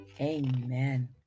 amen